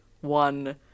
one